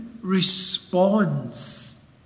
responds